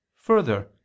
Further